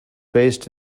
based